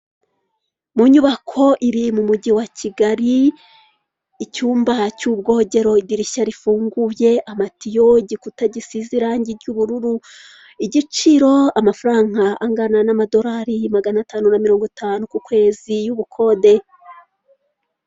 Ahangaha biragaragara ko ushobora gutunga apurikasiyo ya ekwiti banki muri telefoni, maze ukajya uyifashisha mu bikorwa ushaka gukoresha konti yawe haba kohereza amafaranga, kubitsa, kubikuza n'ibindi.